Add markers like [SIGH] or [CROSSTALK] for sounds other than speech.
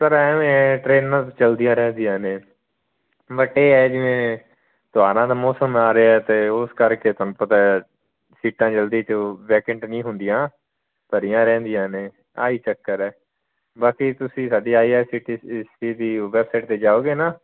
sir ਐਵੇਂ ਟਰੇਨਾਂ ਚਲਦੀਆਂ ਰਹਿੰਦੀਆਂ ਨੇ ਵੱਡੇ ਆ ਜਿਵੇਂ [UNINTELLIGIBLE] ਮੌਸਮ ਆ ਰਿਹਾ ਅਤੇ ਉਸ ਕਰਕੇ ਤੁਹਾਨੂੰ ਪਤਾ ਸੀਟਾਂ ਜਲਦੀ ਜੋ ਵੈਕੰਟ ਨਹੀਂ ਹੁੰਦੀਆਂ ਭਰੀਆਂ ਰਹਿੰਦੀਆਂ ਨੇ ਆਈ ਚੱਕਰ ਹੈ ਬਾਕੀ ਤੁਸੀਂ ਸਾਡੀ ਆਈਆਰਸੀਟੀਸੀ ਦੀ ਵੈਬਸਾਈਟ 'ਤੇ ਜਾਓਗੇ ਨਾ